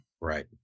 Right